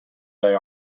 they